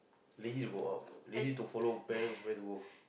lazy to go out lazy to follow parents where they go